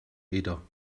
eder